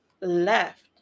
left